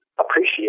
appreciate